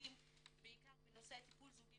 מסובסדים בעיקר בנושא טיפול זוגי